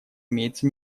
имеется